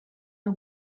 nur